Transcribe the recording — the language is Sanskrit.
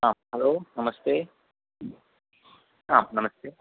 आम् हलो नमस्ते आम् नमस्ते